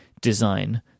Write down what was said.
Design